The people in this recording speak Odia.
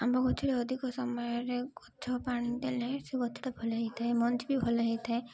ଆମ ଗଛରେ ଅଧିକ ସମୟରେ ଗଛ ପାଣି ଦେଲେ ସେ ଗଛଟା ଭଲ ହେଇଥାଏ ମଞ୍ଜି ବି ଭଲ ହେଇଥାଏ